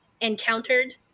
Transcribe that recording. encountered